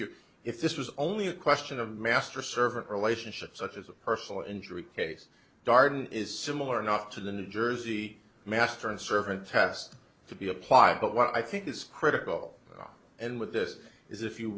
you if this was only a question of a master servant relationship such as a personal injury case darden is similar enough to the new jersey master and servant test to be applied but what i think is critical and with this is if you